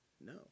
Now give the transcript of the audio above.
no